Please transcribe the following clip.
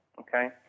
Okay